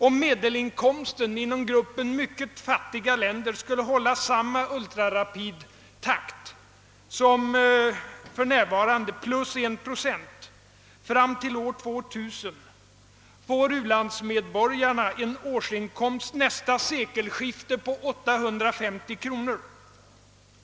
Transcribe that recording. Om medelinkomsten inom gruppen mycket fattiga länder skulle ökas i samma ultrarapidtakt som för närvarande plus 1 procent, fram till år 2000, skulle u-landsmedborgarna få en årsinkomst nästa sekelskifte på 850 kronor.